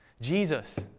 Jesus